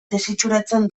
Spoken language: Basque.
desitxuratzen